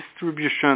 distribution